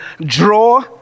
draw